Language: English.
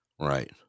right